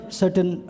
certain